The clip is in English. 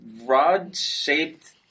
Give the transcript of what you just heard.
rod-shaped